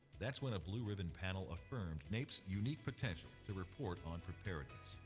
that's when a blue ribbon panel affirmed naep's unique potential to report on preparedness.